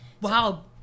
Wow